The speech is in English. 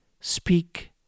speak